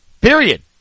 Period